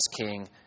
king